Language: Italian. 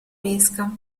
pesca